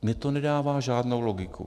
Mně to nedává žádnou logiku.